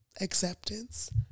acceptance